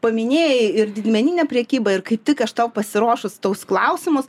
paminėjai ir didmeninę prekybą ir kaip tik aš tau pasiruošus tous klausimus